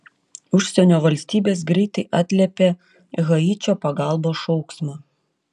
užsienio valstybės greitai atliepė haičio pagalbos šauksmą